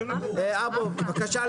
אבו וילן, בבקשה.